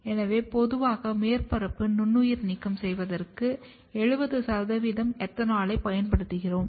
எனவே பொதுவான மேற்பரப்பு நுண்ணுயிர் நீக்கம் செய்வதற்கு 70 எத்தனால் பயன்படுத்தப்படுகிறது